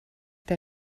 der